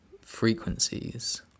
frequencies